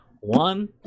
one